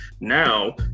Now